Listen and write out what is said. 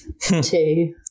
two